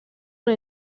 una